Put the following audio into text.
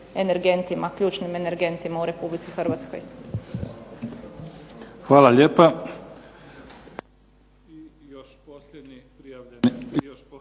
energentima, ključnim energentima u Republici Hrvatskoj. **Mimica,